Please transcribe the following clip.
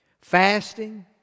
fasting